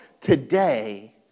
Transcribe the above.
today